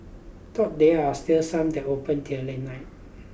though there are still some that open till late night